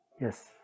Yes